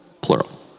Plural